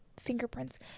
fingerprints